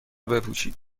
بپوشید